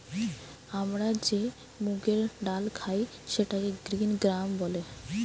আমরা যে মুগের ডাল খাই সেটাকে গ্রিন গ্রাম বলে